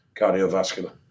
cardiovascular